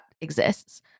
exists